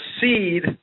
seed